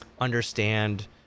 understand